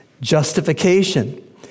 justification